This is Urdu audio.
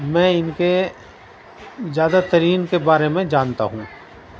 میں ان کے زیادہ ترین کے بارے میں جانتا ہوں